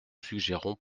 suggérons